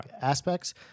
aspects